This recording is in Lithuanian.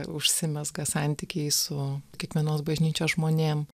užsimezga santykiai su kiekvienos bažnyčios žmonėm